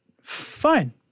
Fine